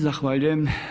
Zahvaljujem.